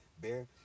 bear